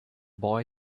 boy